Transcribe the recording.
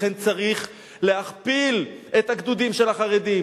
לכן צריך להכפיל את הגדודים של החרדים.